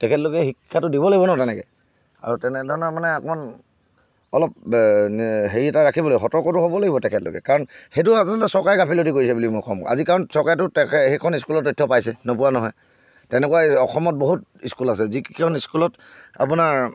তেখেতলোকে শিক্ষাটো দিব লাগিব ন তেনেকৈ আৰু তেনে ধৰণৰ মানে অকণমান অলপ হেৰি এটা ৰাখিব লাগে সতৰ্কটো হ'ব লাগিব তেখেতলোকে কাৰণ সেইটো আচলতে চৰকাৰে গাফিলতি কৰিছে বুলি মই ক'ম আজি কাৰণ চৰকাৰেতো সেইখন স্কুলৰ তথ্য পাইছে নোপোৱা নহয় তেনেকুৱা অসমত বহুত স্কুল আছে যিকেইখন স্কুলত আপোনাৰ